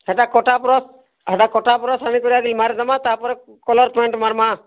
ସେଟା କଟା ସେଟା କଟା ମାରିଦେମାଁ ତାପରେ କଲର୍ ପେଣ୍ଟ୍ ମାର୍ମା